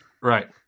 Right